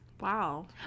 Wow